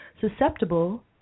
susceptible